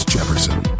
Jefferson